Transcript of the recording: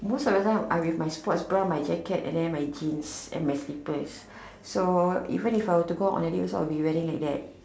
most of the time I with my sports bra my jacket and then my jeans and my slippers so even if I were to go out on a date I will be wearing like that